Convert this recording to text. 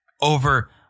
over